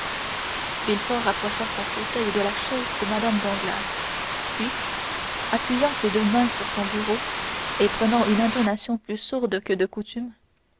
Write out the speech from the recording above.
villefort rapprocha son fauteuil de la chaise de mme danglars puis appuyant ses deux mains sur son bureau et prenant une intonation plus sourde que de coutume